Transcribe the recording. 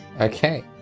Okay